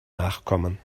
nachkommen